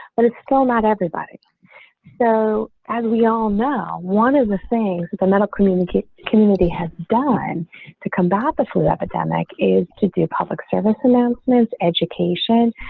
but it's still not everybody so, as we all know, one of the things the metal community community has done to combat the flu epidemic is to do public service announcements, education,